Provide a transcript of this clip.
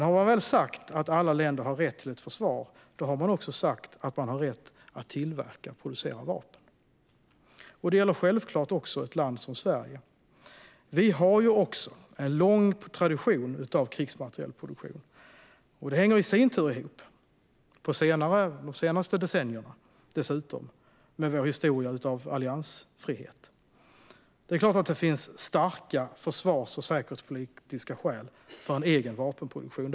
Har man väl sagt att alla länder har rätt till ett försvar har man också sagt att man har rätt att producera vapen. Det gäller självklart också ett land som Sverige. Vi har en lång tradition av krigsmaterielproduktion. Det hänger i sin tur ihop, de senaste decennierna dessutom, med vår historia av alliansfrihet. Det är klart att det finns starka försvars och säkerhetspolitiska skäl för en egen vapenproduktion.